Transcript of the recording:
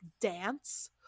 dance